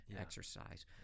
exercise